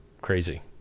crazy